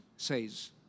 says